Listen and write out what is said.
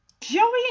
Joey